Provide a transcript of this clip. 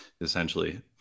essentially